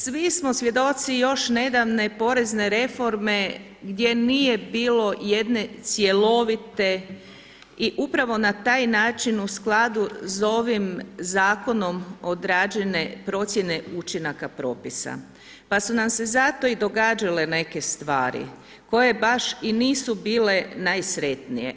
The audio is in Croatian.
Svi smo svjedoci još nedavne porezne reforme gdje nije bilo jedne cjelovite i upravo na taj način u skladu s ovim zakonom određena procjene učinaka propisa, pa su nam se zato i događale neke stvari koje baš i nisu bile najsretnije.